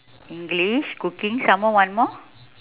english cooking some more one more